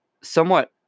somewhat